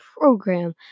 program